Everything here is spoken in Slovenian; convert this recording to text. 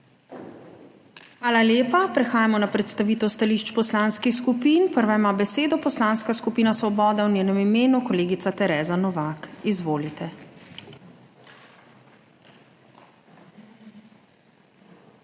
Hvala lepa. Prehajamo na predstavitev stališč poslanskih skupin. Prva ima besedo Poslanska skupina Svoboda, v njenem imenu kolegica Tereza Novak. Izvolite. TEREZA